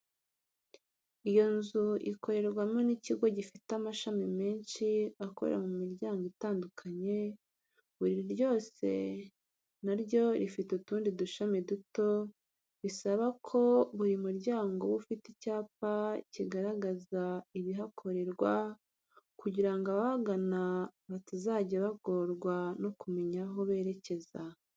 Iyo inzu ikorerwamo n'ikigo gifite amashami menshi akorera mu miryango itandukanye, buri ryose na ryo rifite utundi dushami duto, bisaba ko buri muryango uba ufite icyapa kigaragaza ibihakorerwa, kugirango ababagana batazajya bagorwa no kumenya aho berekeza.